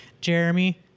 Jeremy